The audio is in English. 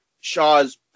Shaw's